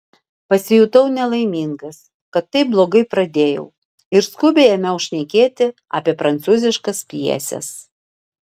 pasijutau nelaimingas kad taip blogai pradėjau ir skubiai ėmiau šnekėti apie prancūziškas pjeses